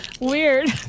Weird